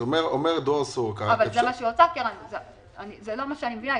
אז דרור סורוקה אומר -- אבל זה לא מה שאני מבינה.